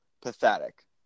Pathetic